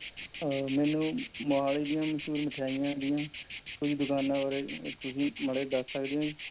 ਮੈਨੂੰ ਮੋਹਾਲੀ ਦੀਆਂ ਮਸ਼ਹੂਰ ਮਠਿਆਈਆਂ ਦੀਆਂ ਕੁੱਝ ਦੁਕਾਨਾਂ ਬਾਰੇ ਤੁਸੀਂ ਮਾੜਾ ਜਿਹਾ ਦੱਸ ਸਕਦੇ ਹੋ ਜੀ